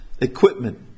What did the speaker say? equipment